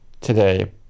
today